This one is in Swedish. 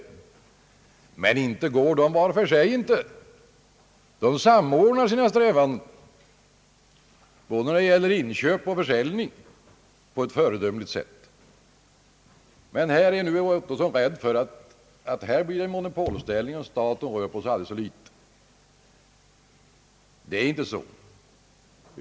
Men där går man inte heller var för sig, man samordnar sina strävanden både när det gäller inköp och försäljning på ett föredömligt sätt. Men här är herr Ottosson rädd för att det skall bli en monopolställning om staten rör på sig aldrig så litet. Det är inte så.